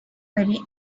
very